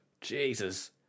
Jesus